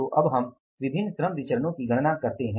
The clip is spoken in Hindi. तो अब हम विभिन्न श्रम विचरणो की गणना करते हैं